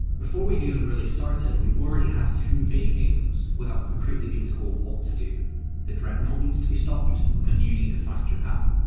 before we've even really started, we already have two vague aims, without concretely being told what to do the dreadnought needs to be stopped, and you need to find your pal.